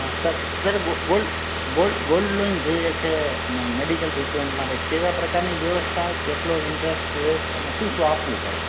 હા sir sir gold gold gold loan જોઈએ છે મેડિકલ ટ્રીટમેન્ટ માટે કેવા પ્રકારની વ્યવસ્થા કેટલો ઇન્ટરેસ્ટ રેટ અને શું શું આપવું પડે